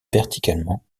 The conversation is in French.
verticalement